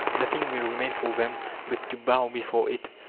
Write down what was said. nothing will remain for them but to bow before it,